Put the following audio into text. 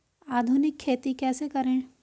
आधुनिक खेती कैसे करें?